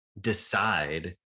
decide